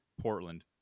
Portland